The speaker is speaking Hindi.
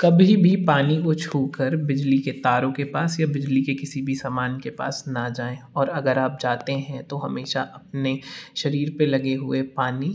कभी भी पानी को छूकर बिजली के तारों के पास या बिजली के किसी भी सामान के पास ना जाऍं और अगर आप जाते हैं तो हमेशा अपने शरीर पे लगे हुए पानी